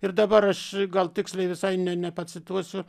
ir dabar aš gal tiksliai visai ne ne nepacituosiu